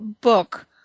book